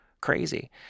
crazy